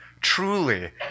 Truly